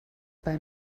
buy